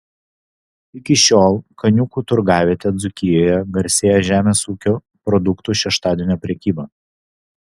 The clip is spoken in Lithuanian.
iki šiol kaniūkų turgavietė dzūkijoje garsėjo žemės ūkio produktų šeštadienio prekyba